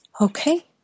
Okay